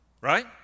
Right